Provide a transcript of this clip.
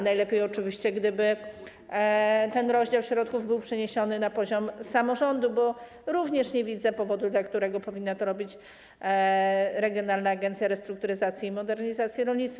Najlepiej oczywiście, gdyby rozdział środków był przeniesiony na poziom samorządu, bo również nie widzę powodu, dla którego powinien to robić oddział regionalny Agencji Restrukturyzacji i Modernizacji Rolnictwa.